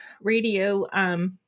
radio